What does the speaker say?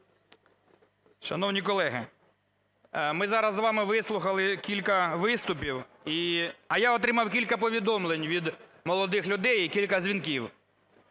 Шановні колеги, ми зараз з вами вислухали кілька виступів, а я отримав кілька повідомлень від молодих людей і кілька дзвінків.